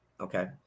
Okay